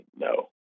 No